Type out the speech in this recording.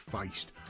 faced